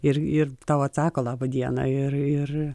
ir ir tau atsako laba diena ir ir